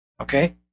Okay